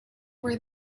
were